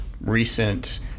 recent